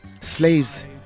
slaves